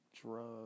drugs